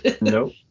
Nope